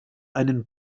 einen